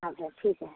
हाँ फ़िर ठीक है